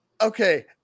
okay